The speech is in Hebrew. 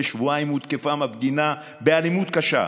שבועיים הותקפה מפגינה באלימות קשה.